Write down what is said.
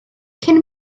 cyn